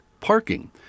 parking